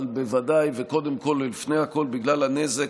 ובוודאי וקודם כול ולפני הכול בגלל הנזק